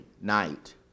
night